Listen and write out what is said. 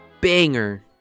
banger